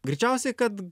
greičiausiai kad